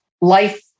life